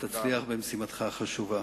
ותצליח במשימתך החשובה.